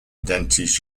identities